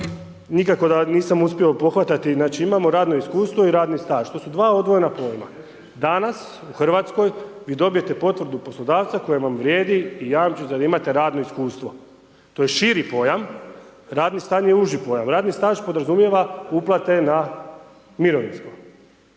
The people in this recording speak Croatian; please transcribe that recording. nikako nisam uspio pohvatati, znači imamo radno iskustvo i radni staž, to su dva odvojena pojma. Danas u Hrvatskoj vi dobijete potvrdu poslodavca koja vam vrijedi i jamči da imate radno iskustvo, to je širi pojam, radni staž je uži pojam. Radni staž podrazumijeva uplate na mirovinsko.